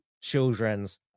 children's